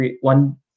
one